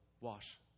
wash